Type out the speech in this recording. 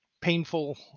painful